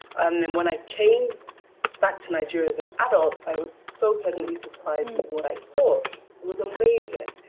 um then when i came back to nigeria as an adult, i was so pleasantly surprised with what i saw. it was amazing.